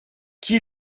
qui